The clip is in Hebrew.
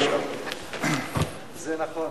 אדוני.